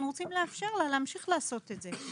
אנחנו רוצים לאפשר לה להמשיך לעשות את זה.